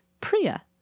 Priya